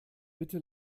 bitte